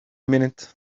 minute